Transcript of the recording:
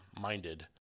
minded